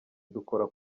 dukora